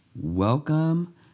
welcome